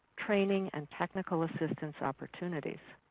training, and technical assistance opportunities.